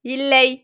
இல்லை